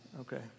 Okay